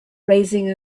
raising